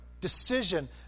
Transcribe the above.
decision